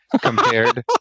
compared